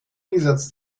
gegensatz